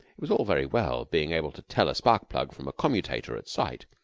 it was all very well being able to tell a spark-plug from a commutator at sight,